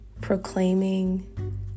proclaiming